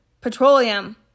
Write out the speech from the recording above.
petroleum